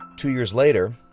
two years later,